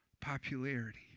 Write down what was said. popularity